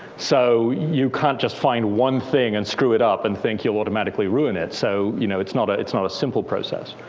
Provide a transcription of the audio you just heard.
so you can't just find one thing and screw it up and think you'll automatically ruin it. so you know it's not it's not a simple process.